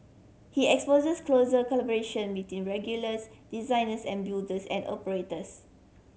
he espouses closer collaboration between regulators designers and builders and operators